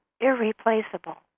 Irreplaceable